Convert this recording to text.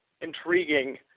intriguing